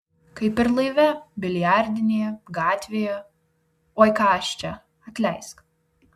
kaip ir laive biliardinėje gatvėje oi ką aš čia atleisk